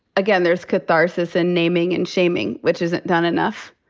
again, there's catharsis in naming and shaming, which isn't done enough.